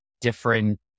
different